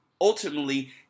ultimately